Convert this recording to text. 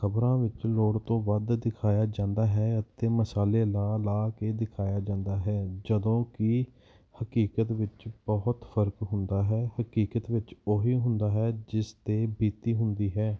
ਖਬਰਾਂ ਵਿੱਚ ਲੋੜ ਤੋਂ ਵੱਧ ਦਿਖਾਇਆ ਜਾਂਦਾ ਹੈ ਅਤੇ ਮਸਾਲੇ ਲਾ ਲਾ ਕੇ ਦਿਖਾਇਆ ਜਾਂਦਾ ਹੈ ਜਦੋਂ ਕਿ ਹਕੀਕਤ ਵਿੱਚ ਬਹੁਤ ਫਰਕ ਹੁੰਦਾ ਹੈ ਹਕੀਕਤ ਵਿੱਚ ਓਹੀ ਹੁੰਦਾ ਹੈ ਜਿਸ 'ਤੇ ਬੀਤੀ ਹੁੰਦੀ ਹੈ